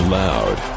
loud